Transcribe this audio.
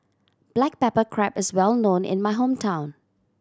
black pepper crab is well known in my hometown